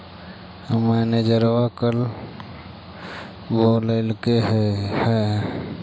मैनेजरवा कल बोलैलके है?